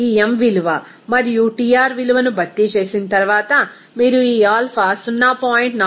ఈ m విలువ మరియు Tr విలువను భర్తీ చేసిన తర్వాత మీరు ఈ ఆల్ఫా 0